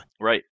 right